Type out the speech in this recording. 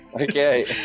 Okay